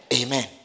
Amen